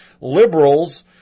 liberals